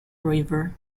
river